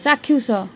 ଚାକ୍ଷୁଷ